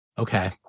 Okay